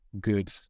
good